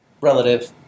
relative